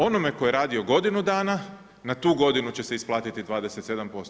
Onom tko je radio godinu dana, na tu godinu će se isplatiti 27%